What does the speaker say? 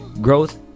growth